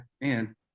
man